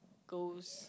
goes